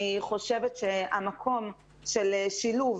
אני חושבת שהמקום של שילוב,